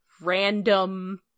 random